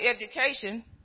education